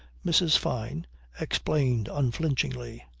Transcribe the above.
mrs. fyne explained unflinchingly.